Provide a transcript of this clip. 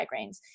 migraines